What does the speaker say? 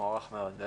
מוערך מאוד.